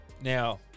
Now